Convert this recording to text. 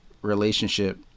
relationship